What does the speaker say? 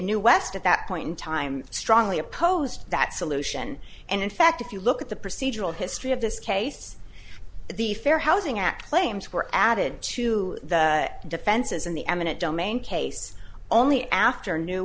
knew west at that point in time strongly opposed that solution and in fact if you look at the procedural history of this case the fair housing act claims were added to the defense as in the eminent domain case only after new